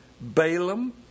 Balaam